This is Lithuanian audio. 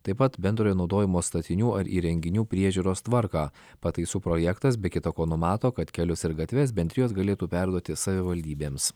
taip pat bendrojo naudojimo statinių ar įrenginių priežiūros tvarką pataisų projektas be kita ko numato kad kelius ir gatves bendrijos galėtų perduoti savivaldybėms